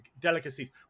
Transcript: delicacies